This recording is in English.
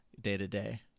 day-to-day